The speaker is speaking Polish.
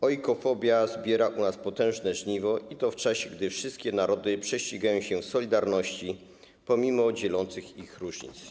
Ojkofobia zbiera u nas potężne żniwo, i to w czasie, gdy wszystkie narody prześcigają się w solidarności, pomimo dzielących ich różnic.